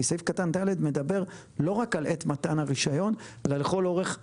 כי סעיף קטן (ד) מדבר לא רק על עת מתן הרישיון אלא לכל אורך התקופה.